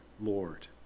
Lord